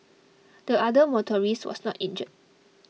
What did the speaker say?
the other motorist was not injured